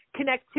connectivity